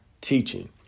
teaching